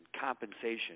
compensation